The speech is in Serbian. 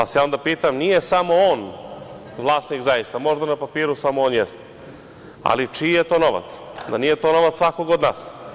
Ja se onda pitam, nije samo on vlasnik zaista, možda na papiru samo on jeste, ali, čiji je to novac, da nije to novac svakoga od nas?